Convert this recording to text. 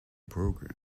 program